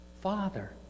Father